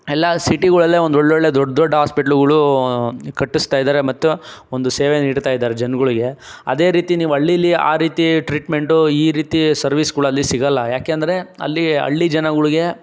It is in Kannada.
ಎಲ್ಲ ಸಿಟಿಗಳಲ್ಲೇ ಒಂದು ಒಳ್ಳೊಳ್ಳೆ ದೊಡ್ಡ ದೊಡ್ಡ ಹಾಸ್ಪಿಟ್ಲುಗಳು ಕಟ್ಟಿಸ್ತಾಯಿದ್ದಾರೆ ಮತ್ತು ಒಂದು ಸೇವೆ ನೀಡ್ತಾಯಿದ್ದಾರೆ ಜನಗಳಿಗೆ ಅದೇ ರೀತಿ ನೀವು ಹಳ್ಳೀಲಿ ಆ ರೀತಿ ಟ್ರೀಟ್ಮೆಂಟು ಈ ರೀತಿ ಸರ್ವೀಸ್ಗಳು ಅಲ್ಲಿ ಸಿಗಲ್ಲ ಏಕೆಂದ್ರೆ ಅಲ್ಲಿ ಹಳ್ಳಿ ಜನಗಳಿಗೆ